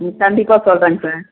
ம் கண்டிப்பாக சொல்கிறேங்க சார்